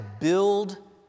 build